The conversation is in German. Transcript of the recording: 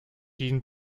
jean